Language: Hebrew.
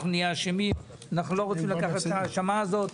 שהיו לכם הפסדים ב-2022.